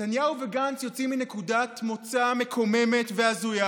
נתניהו וגנץ יוצאים מנקודת מוצא מקוממת והזויה